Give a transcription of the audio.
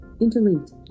interlinked